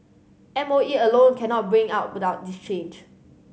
M O E alone cannot bring out about this change